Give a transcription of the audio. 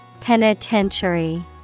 Penitentiary